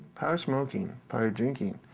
power smoking, power drinking,